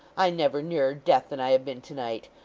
i never nearer death than i have been to-night!